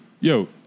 Yo